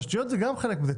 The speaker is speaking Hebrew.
תשתיות זה גם חלק מזה,